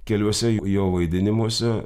keliuose jo vaidinimuose